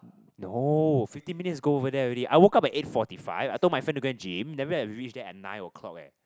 no fifteen minutes go over there already I woke up at eight forty five I told my friend to go and gym then I reach there at nine O-clock eh